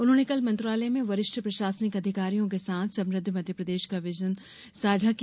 उन्होंने कल मंत्रालय में वरिष्ठ प्रशासनिक अधिकारियों के साथ समुद्ध मध्यप्रदेश का विजन साझा किया